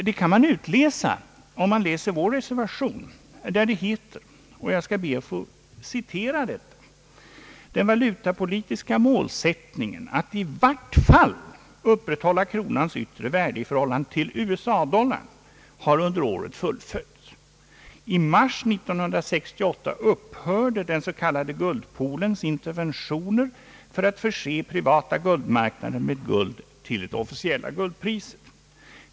Detta kan utläsas av vår reservation där det heter: »Den valutapolitiska målsättningen att i vart fall upprätthålla kronans yttre värde i förhållande till US-dollarn har under året fullföljts. I mars 1968 upphörde den s.k. guldpoolens interventioner för att förse privata guldmarknader med guld till det officiella guldpriset.